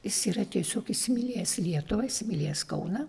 jis yra tiesiog įsimylėjęs lietuvą įsimylėjęs kauną